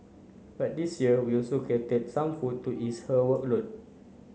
but this year we also catered some food to ease her workload